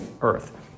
earth